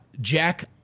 Jack